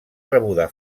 rebuda